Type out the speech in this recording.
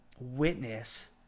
witness